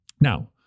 Now